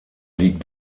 liegt